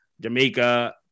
Jamaica